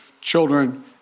children